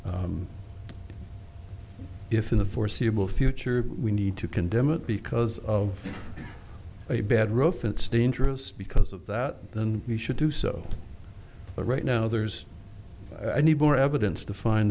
if in the foreseeable future we need to condemn it because of a bad rough it's dangerous because of that then we should do so but right now there's i need more evidence to find